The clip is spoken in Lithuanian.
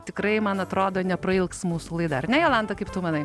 tikrai man atrodo neprailgs mūsų laida ar ne jolanta kaip tu manai